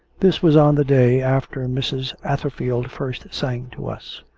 this was on the day after mrs. atherfield first sang to us.